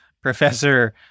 professor